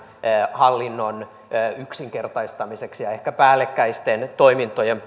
hallinnon yksinkertaistamiseksi ja ehkä päällekkäisten toimintojen